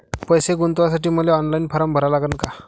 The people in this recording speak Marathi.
पैसे गुंतवासाठी मले ऑनलाईन फारम भरा लागन का?